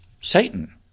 satan